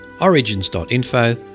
origins.info